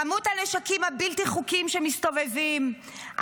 כמות הנשקים הבלתי-חוקיים שמסתובבים,